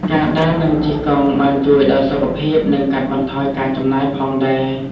ការដើរនិងជិះកង់បានជួយដល់សុខភាពនិងកាត់បន្ថយការចំណាយផងដែរ។